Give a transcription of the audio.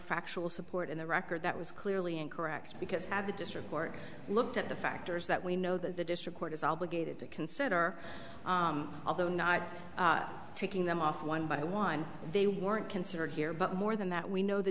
factual support in the record that was clearly incorrect because the district court looked at the factors that we know that the district court is obligated to consider although not taking them off one by one they weren't considered here but more than that we know the